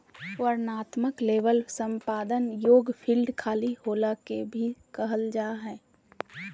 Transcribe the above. वर्णनात्मक लेबल संपादन योग्य फ़ील्ड खाली होला के भी कहल जा हइ